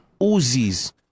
Uzis